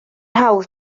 hawdd